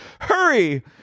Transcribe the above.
Hurry